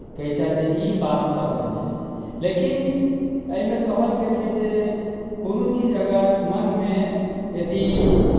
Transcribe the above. कहैत छथि जे ई वास्तवमे छै लेकिन एहिमे कहल गेल छै जे कोनो चीज अगर मोनमे यदि